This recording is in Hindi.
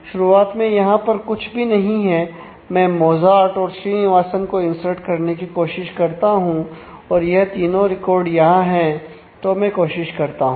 शुरुआत में यहां पर कुछ भी नहीं है मैं मोजार्ट को इंसर्ट करने की कोशिश करता हूं और यह तीनों रिकॉर्ड यहां है तो मैं कोशिश करता हूं